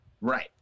Right